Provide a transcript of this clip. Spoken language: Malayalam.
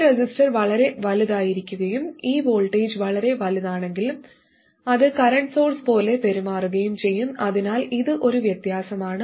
ഈ റെസിസ്റ്റർ വളരെ വലുതായിരിക്കുകയും ഈ വോൾട്ടേജ് വളരെ വലുതാണെങ്കിൽ അത് കറന്റ് സോഴ്സ് പോലെ പെരുമാറുകയും ചെയ്യും അതിനാൽ ഇത് ഒരു വ്യത്യാസമാണ്